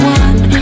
one